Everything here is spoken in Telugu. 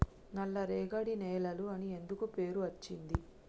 నల్లరేగడి నేలలు అని ఎందుకు పేరు అచ్చింది?